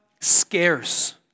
scarce